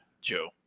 Joe